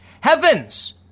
Heavens